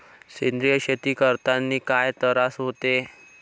सेंद्रिय शेती करतांनी काय तरास होते?